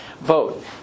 vote